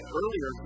earlier